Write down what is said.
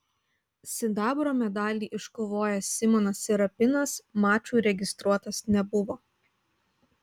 sidabro medalį iškovojęs simonas serapinas mačui registruotas nebuvo